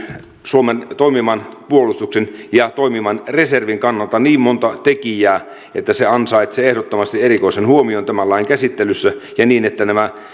suomen toimivan puolustuksen ja toimivan reservin kannalta niin monta tekijää että se ansaitsee ehdottomasti erikoisen huomion tämän lain käsittelyssä ja niin että nämä